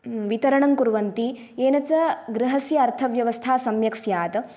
वितरणं कुर्वन्ति येन च गृहस्य अर्थव्यवस्था सम्यक् स्यात्